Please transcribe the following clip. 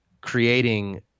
creating